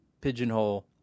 pigeonhole